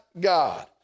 God